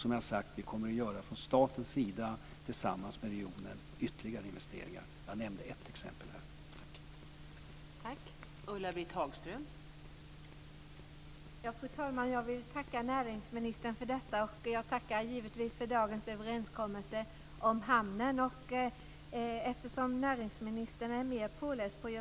Som jag har sagt kommer staten tillsammans med regionen att göra ytterligare investeringar. Jag nämnde ett exempel här.